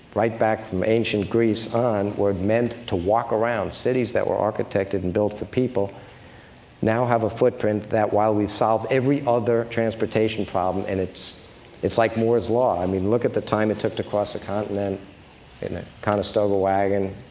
right back from ancient greece on, were meant to walk around, cities that were architected and built for people now have a footprint that, while we've solved every other transportation problem and it's it's like moore's law. i mean, look at the time it took to cross a continent in a conestoga wagon,